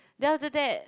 then after that